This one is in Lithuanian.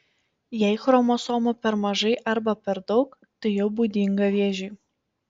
jei chromosomų per mažai arba per daug tai jau būdinga vėžiui